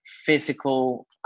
physical